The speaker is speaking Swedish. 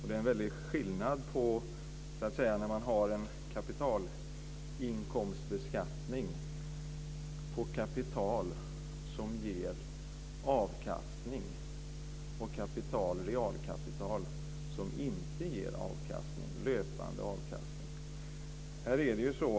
Det är en skillnad på att ha kapitalinkomstbeskattning på kapital som ger avkastning och realkapital som inte ger löpande avkastning.